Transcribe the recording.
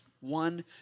one